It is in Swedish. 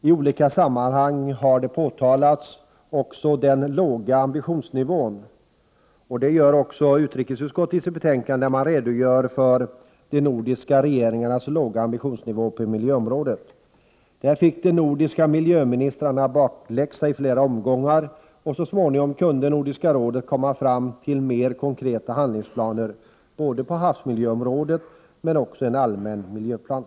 I olika sammanhang har påtalats den låga ambitionsnivån, och det gör också utrikesutskottet i sitt betänkande, där man redogör för de nordiska regeringarnas ambitioner på miljöområdet. Där fick de nordiska miljöministrarna bakläxa i flera omgångar, och så småningom kunde Nordiska rådet komma fram till såväl mer konkreta handlingsplaner på havsmiljöområdet som en allmän miljöplan.